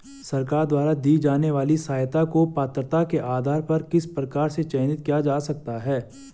सरकार द्वारा दी जाने वाली सहायता को पात्रता के आधार पर किस प्रकार से चयनित किया जा सकता है?